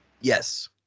yes